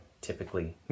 typically